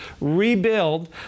rebuild